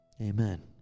Amen